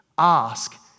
Ask